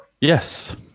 Yes